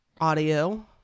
audio